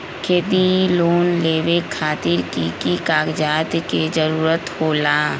खेती लोन लेबे खातिर की की कागजात के जरूरत होला?